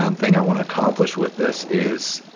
um thing i wanna accomplish with this is,